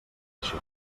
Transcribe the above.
això